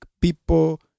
people